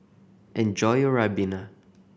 enjoy your ribena